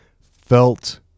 felt